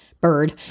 bird